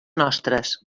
nostres